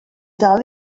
dal